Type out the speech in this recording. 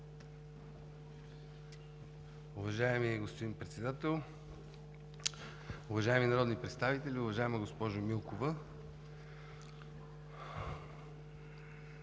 Уважаеми господин Председател, уважаеми народни представители! Уважаема госпожо Милкова,